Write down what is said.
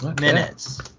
minutes